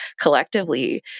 collectively